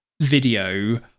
video